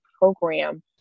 program